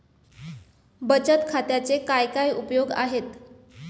बचत खात्याचे काय काय उपयोग आहेत?